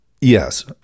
Yes